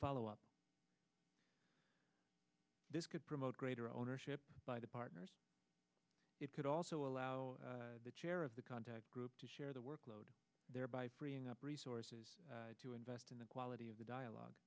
follow up this could promote greater ownership by the partners it could also allow the chair of the contact group to share the workload thereby freeing up resources to invest in the quality of the dialogue